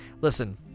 listen